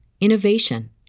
innovation